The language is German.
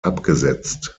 abgesetzt